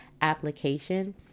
application